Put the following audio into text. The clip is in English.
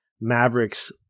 Maverick's